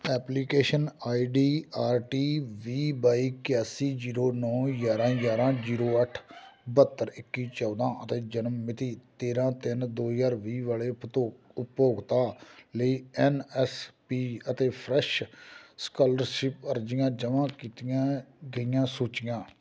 application I D R T ਵੀਹ ਬਾਈ ਇਕਾਸੀ ਜ਼ੀਰੋ ਨੌ ਗਿਆਰਾਂ ਗਿਆਰਾਂ ਜ਼ੀਰੋ ਅੱਠ ਬਹੱਤਰ ਇੱਕੀ ਚੌਦ੍ਹਾਂ ਅਤੇ ਜਨਮ ਮਿਤੀ ਤੇਰ੍ਹਾਂ ਤਿੰਨ ਦੋ ਹਜ਼ਾਰ ਵੀਹ ਵਾਲੇ ਉਪਤੋ ਉਪਭੋਗਤਾ ਲਈ ਐਨ ਐਸ ਪੀ 'ਤੇ ਫਰੈਸ਼ ਸਕਾਲਰਸ਼ਿਪ ਅਰਜ਼ੀਆਂ ਜਮ੍ਹਾਂ ਕੀਤੀਆਂ ਗਈਆਂ ਸੂਚੀਆਂ